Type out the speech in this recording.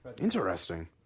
Interesting